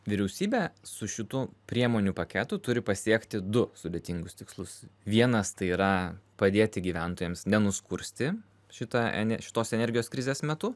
vyriausybė su šitu priemonių paketu turi pasiekti du sudėtingus tikslus vienas tai yra padėti gyventojams nenuskursti šita ener šitos energijos krizės metu